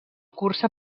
cursa